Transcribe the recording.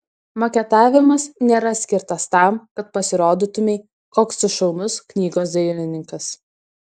maketavimas nėra skirtas tam kad pasirodytumei koks tu šaunus knygos dailininkas